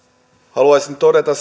haluaisin todeta